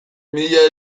mila